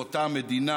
לאותה מדינה